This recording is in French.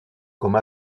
comme